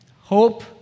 Hope